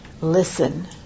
listen